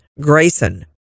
Grayson